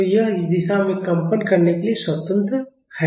तो यह इस दिशा में कंपन करने के लिए स्वतंत्र है